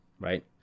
Right